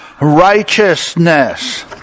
righteousness